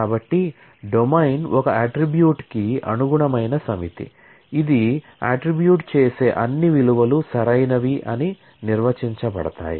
కాబట్టి డొమైన్ ఒక అట్ట్రిబ్యూట్ కి అనుగుణమైన సమితి ఇది అట్ట్రిబ్యూట్ చేసే అన్ని విలువలు సరైనవి అని నిర్వచించబడతాయి